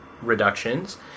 reductions